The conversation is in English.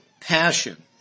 passion